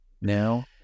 now